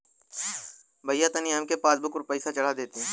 भईया तनि हमरे पासबुक पर पैसा चढ़ा देती